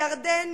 ירדן,